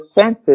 senses